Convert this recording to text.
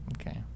Okay